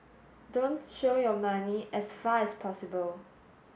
don't show your money as far as possible